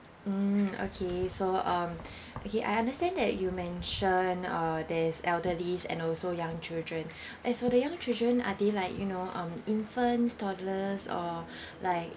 mm okay so um okay I understand that you mentioned uh there is elderlies and also young children as for the young children are they like you know um infants toddlers or like